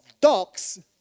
dogs